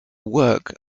work